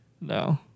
No